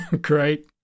great